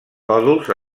còdols